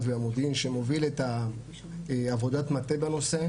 והמודיעין שמוביל את עבודת המטה בנושא,